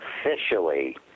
officially